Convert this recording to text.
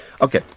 Okay